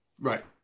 Right